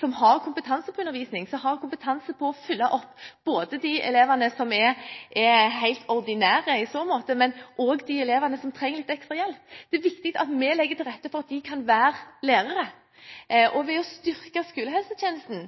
som har kompetanse på undervisning, som har kompetanse på å følge opp både de elevene som er helt ordinære i så måte, og også de elevene som trenger litt ekstra hjelp, kan være lærer. Ved å styrke skolehelsetjenesten